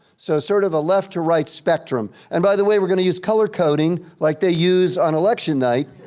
so sort of a left to right spectrum. and by the way, we're gonna use color coding like they use on election night.